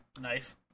Nice